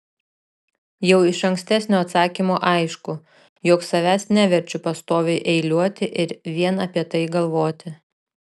jau iš ankstesnio atsakymo aišku jog savęs neverčiu pastoviai eiliuoti ir vien apie tai galvoti